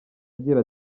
agira